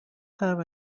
have